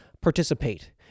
participate